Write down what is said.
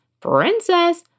Princess